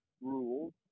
rules